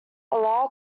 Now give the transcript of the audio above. allow